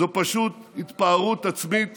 זאת פשוט התפארות עצמית